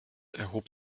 erhob